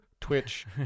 twitch